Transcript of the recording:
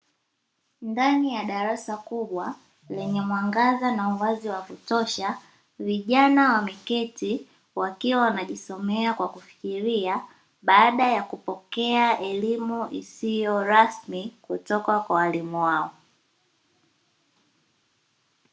Ndani ya darasa kubwa lenye mwangaza na uwazi wa kutosha, vijana wameketi wakiwa wanajisomea kwa kufikiria baada ya kupokea elimu isiyo rasmi kutoka kwa walimu wao.